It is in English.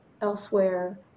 elsewhere